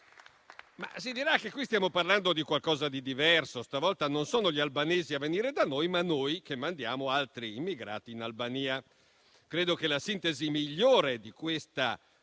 in questo caso stiamo parlando di qualcosa di diverso. Stavolta non sono gli albanesi a venire da noi, ma siamo noi che mandiamo altri immigrati in Albania. Credo che la sintesi migliore di questa